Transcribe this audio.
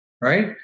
right